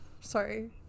Sorry